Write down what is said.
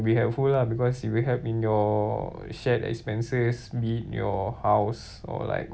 be helpful lah because it will help in your shared expenses be it your house or like